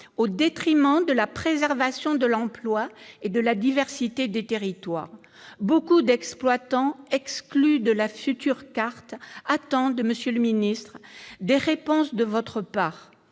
au détriment de la préservation de l'emploi et de la diversité des territoires. Nombre d'exploitants exclus de la future carte attendent, monsieur le ministre, des réponses de votre part.